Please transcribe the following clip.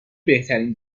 بهترین